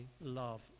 love